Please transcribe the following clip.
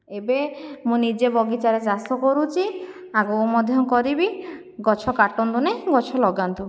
ଏବେ ମୁଁ ନିଜେ ବଗିଚାରେ ଚାଷ କରୁଛି ଆଗକୁ ମଧ୍ୟ କରିବି ଗଛ କାଟନ୍ତୁ ନାହିଁ ଗଛ ଲଗାନ୍ତୁ